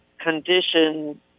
condition